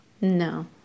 No